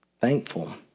thankful